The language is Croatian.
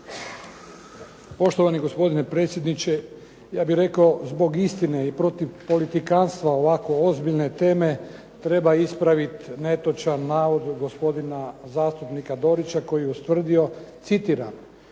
Poštovani gospodine predsjedniče, ja bih rekao zbog istine i protiv politikanstva ovako ozbiljne teme, treba ispraviti netočan navod gospodina zastupnika Dorića koji je ustvrdio, citiram: